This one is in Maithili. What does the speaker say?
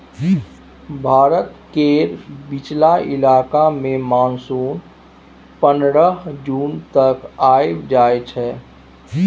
भारत केर बीचला इलाका मे मानसून पनरह जून तक आइब जाइ छै